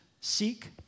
Seek